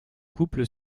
couple